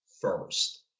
first